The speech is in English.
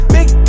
Big